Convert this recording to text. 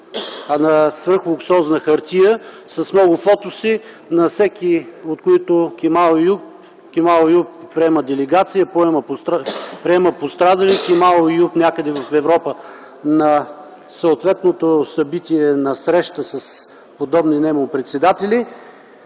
на свръхлуксозна хартия, с много фотоси, на всеки от които Кемал Еюп – Кемал Еюп приема делегация, приема пострадали, Кемал Еюп някъде в Европа на съответното събитие, на срещи с подобни нему председатели.